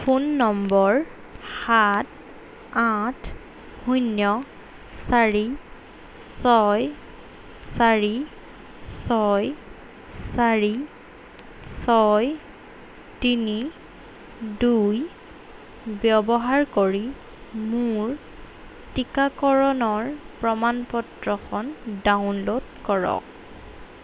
phone নম্বৰ সাত আঠ শূন্য চাৰি ছয় চাৰি ছয় চাৰি ছয় তিনি দুই ব্যৱহাৰ কৰি মোৰ টীকাকৰণৰ প্ৰমাণপত্ৰখন ডাউনল'ড কৰক